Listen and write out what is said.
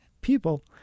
people